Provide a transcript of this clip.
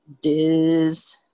Diz